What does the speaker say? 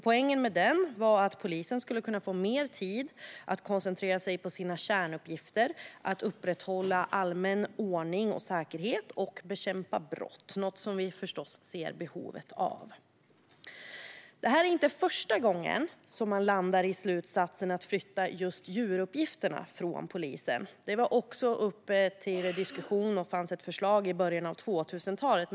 Poängen med den var att polisen skulle få mer tid att koncentrera sig på sina kärnuppgifter att upprätthålla allmän ordning och säkerhet och bekämpa brott, något som vi förstås ser behovet av. Det här är inte första gången man landar i slutsatsen att flytta just djuruppgifterna från polisen. Det var också uppe till diskussion och det fanns en diskussion om det i början av 2000-talet.